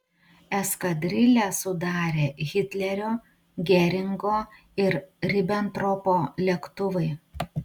eskadrilę sudarė hitlerio geringo ir ribentropo lėktuvai